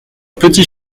petit